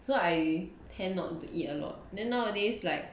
so I tend not to eat a lot then nowadays like